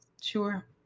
sure